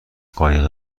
قایق